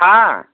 हाँ